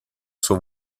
sua